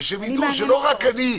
ושהם יידעו שלא רק אני,